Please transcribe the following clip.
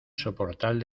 soportal